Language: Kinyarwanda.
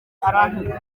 arantuka